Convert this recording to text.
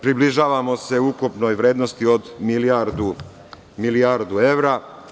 Približavamo se ukupnoj vrednosti od milijardu evra.